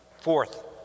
Fourth